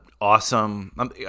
awesome